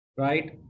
Right